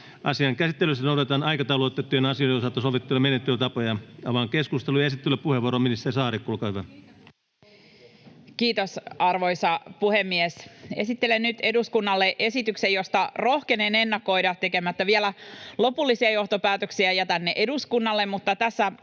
Asian käsittelyssä noudatetaan aikataulutettujen asioiden osalta sovittuja menettelytapoja. — Avaan keskustelun. Esittelypuheenvuoro, ministeri Saarikko, olkaa hyvä. Kiitos, arvoisa puhemies! Esittelen nyt eduskunnalle esityksen, josta rohkenen ennakoida — tekemättä vielä lopullisia johtopäätöksiä, jätän ne eduskunnalle